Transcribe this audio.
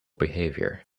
behavior